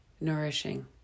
nourishing